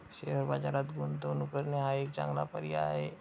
share बाजारात गुंतवणूक करणे हा एक चांगला पर्याय आहे